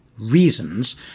reasons